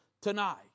tonight